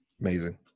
Amazing